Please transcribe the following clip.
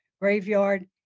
graveyard